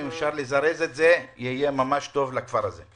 אם אפשר לזרז את זה זה יהיה ממש טוב לכפר הזה.